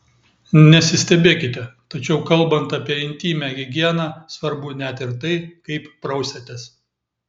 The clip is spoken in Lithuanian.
nesistebėkite tačiau kalbant apie intymią higieną svarbu net ir tai kaip prausiatės